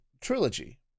trilogy